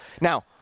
Now